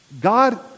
God